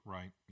Right